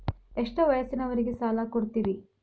ಎಷ್ಟ ವಯಸ್ಸಿನವರಿಗೆ ಸಾಲ ಕೊಡ್ತಿರಿ?